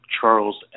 Charles